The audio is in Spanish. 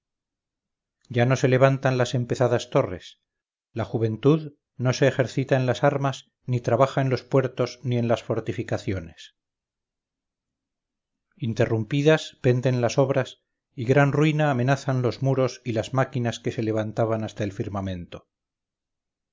ya no se levantan las empezadas torres la juventud no se ejercita en las armas ni trabaja en los puertos ni en las fortificaciones interrumpidas penden las obras y gran ruina amenazan los muros y las máquinas que se levantaban hasta el firmamento